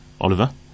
Oliver